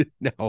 No